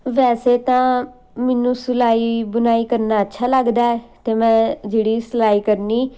ਵੈਸੇ ਤਾਂ ਮੈਨੂੰ ਸਿਲਾਈ ਬੁਣਾਈ ਕਰਨਾ ਅੱਛਾ ਲੱਗਦਾ ਹੈ ਅਤੇ ਮੈਂ ਜਿਹੜੀ ਸਿਲਾਈ ਕਰਨੀ